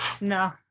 no